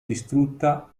distrutta